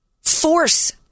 Force